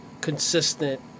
consistent